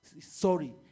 sorry